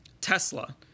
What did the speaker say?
Tesla